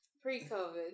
Pre-COVID